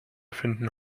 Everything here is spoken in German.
finden